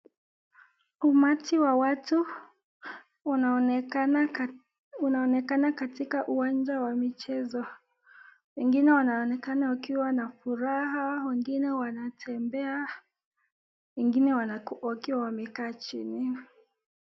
Umati wa watu unaonekana katika uwanja wa michezo. Wengine wanaonekana wakiwa na furaha, wengine wanatembea, wengine wakiwa wamekaa chini.